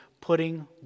putting